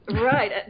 Right